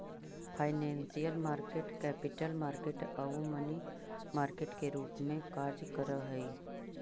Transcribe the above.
financial market capital market आउ money market के रूप में कार्य करऽ हइ